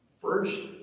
first